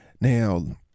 Now